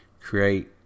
create